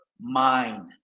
mind